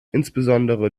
insbesondere